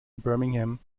birmingham